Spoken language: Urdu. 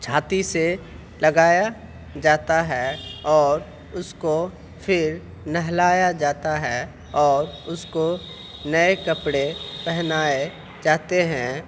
چھاتی سے لگایا جاتا ہے اور اس کو پھر نہلایا جاتا ہے اور اس کو نئے کپڑے پہنائے جاتے ہیں